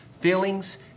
Feelings